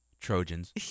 Trojans